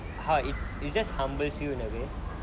how it's you just humbles you in a way